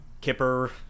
Kipper